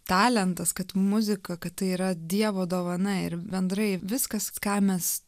talentas kad muzika kad tai yra dievo dovana ir bendrai viskas ką mes